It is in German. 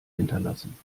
hinterlassen